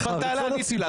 אני עניתי לה.